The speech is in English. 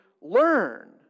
learn